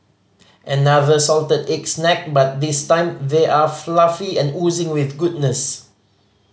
another salted egg snack but this time they are fluffy and oozing with goodness